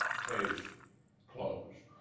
case closed.